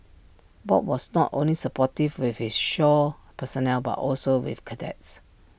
bob was not only supportive with his shore personnel but also with cadets